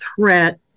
threat